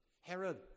Herod